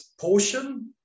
portion